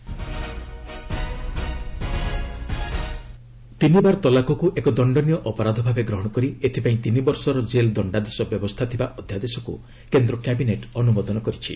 cabinet triple talaq ତିନିବାର ତଲାକକୁ ଏକ ଦଶ୍ଚନୀୟ ଅପରାଧ ଭାବେ ଗ୍ରହଣ କରି ଏଥିପାଇଁ ତିନି ବର୍ଷର କେଲ୍ ଦଶ୍ଡାଦେଶ ବ୍ୟବସ୍ଥା ଥିବା ଅଧ୍ୟାଦେଶକୁ କେନ୍ଦ୍ର କ୍ୟାବିନେଟ୍ ଅନୁମୋଦନ କରିଛି